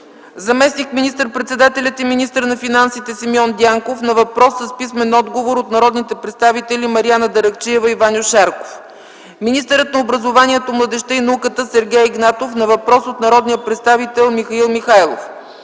заместник министър-председателят и министър на финансите Симеон Дянков – на въпрос с писмен отговор от народните представители Мариана Даракчиева и Ваньо Шарков; - министърът на образованието, младежта и науката Сергей Игнатов – на въпрос от народния представител Михаил Михайлов;